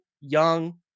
young